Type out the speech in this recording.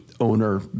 owner